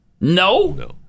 No